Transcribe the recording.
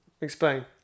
Explain